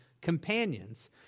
companions